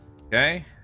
okay